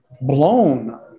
blown